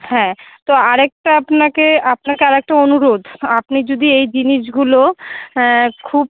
হ্যাঁ তো আরেকটা আপনাকে আপনাকে আরেকটা অনুরোধ আপনি যদি এই জিনিসগুলো খুব